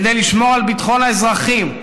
כדי לשמור על ביטחון האזרחים,